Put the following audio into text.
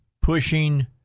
pushing